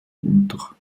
unter